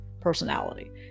personality